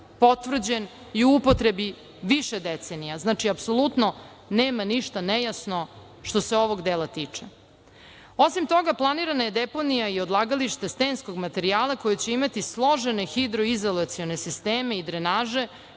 potvrđen i u upotrebi više decenija. Znači, apsolutno nema ništa nejasno što se ovog dela tiče. Osim toga, planirana je deponija i odlagalište stenskog materijala koje će imati složene hidroizolacione sisteme i drenaže,